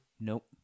Nope